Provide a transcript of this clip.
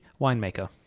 winemaker